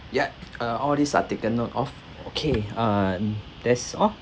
yup uh all these are taken note of okay um that's all